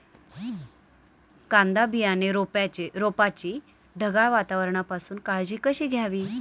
कांदा बियाणे रोपाची ढगाळ वातावरणापासून काळजी कशी घ्यावी?